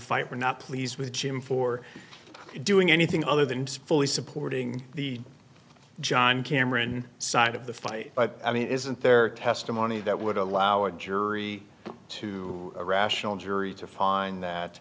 fight were not pleased with him for doing anything other than to fully supporting the john cameron side of the fight but i mean isn't there testimony that would allow a jury to a rational jury to find that